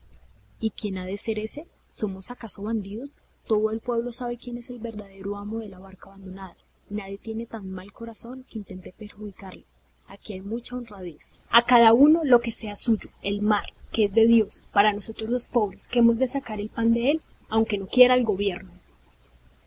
y quién ha de ser ese somos acaso bandidos todo el pueblo sabe quién es el verdadero amo de la barca abandonada y nadie tiene tan mal corazón que intente perjudicarle aquí hay mucha honradez a cada uno lo que sea suyo el mar que es de dios para nosotros los pobres que hemos de sacar el pan de él aunque no quiera el gobierno